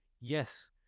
Yes